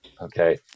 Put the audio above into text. okay